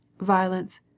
violence